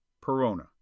Perona